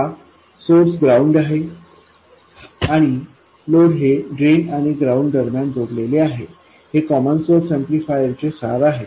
हा source ground आहे आणि लोड हे ड्रेन आणि ग्राउंड दरम्यान जोडलेले आहे हे कॉमन सोर्स एम्पलीफायरचे सार आहे